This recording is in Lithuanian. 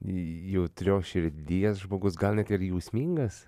jautrios širdies žmogus gal net ir jausmingas